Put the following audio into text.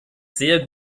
sehr